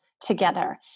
together